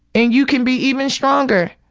and you can be even stronger.